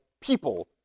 people